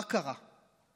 מה קרה?